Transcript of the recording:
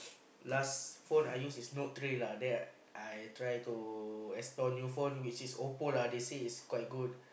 last phone I use is note three lah then I try to explore new phone which is Oppo lah they say is quite good